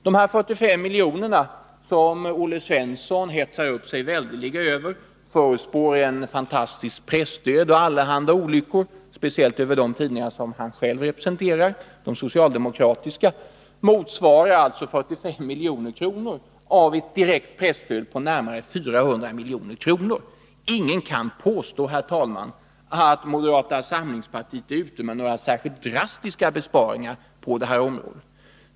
De här 45 miljonerna, som Olle Svensson hetsar upp sig väldeliga över — 9” han förutspår pressdöd och allahanda olyckor, speciellt för de tidningar som han själv representerar: de socialdemokratiska — motsvarar alltså 45 milj.kr. av ett direkt presstöd på närmare 400 milj.kr. Ingen kan påstå, herr talman, att moderata samlingspartiet är ute med några särskilt drastiska besparingskrav på det här området.